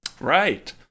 Right